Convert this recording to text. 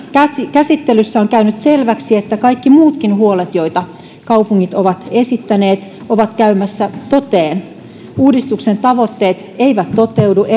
käsittelyssä on käynyt selväksi että kaikki muutkin huolet joita kaupungit ovat esittäneet ovat käymässä toteen uudistuksen tavoitteet eivät toteudu